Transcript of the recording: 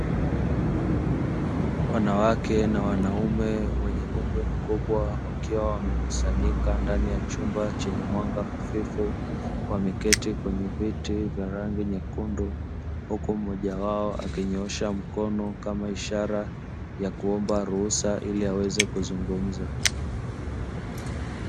Wanawake na wanaume wenye umri mkubwa wakiwa wamekusanyika ndani ya chumba chenye mwanga hafifu wameketi kwenye viti vya rangi nyekundu, huku mmoja wao akinyoosha mkono kama ishara ya kuomba ruhusa ili aweze kuzungumza.